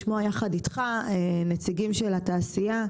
לשמוע יחד איתך נציגים של התעשייה,